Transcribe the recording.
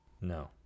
No